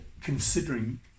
considering